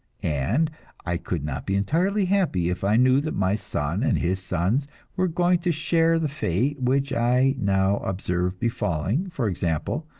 and i could not be entirely happy if i knew that my son and his sons were going to share the fate which i now observe befalling, for example,